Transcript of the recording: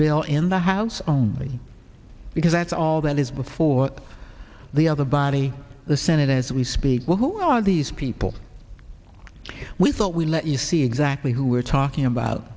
bill in the house only because that's all that is before the other body the senate as we speak well who are these people we thought we let you see exactly who we're talking about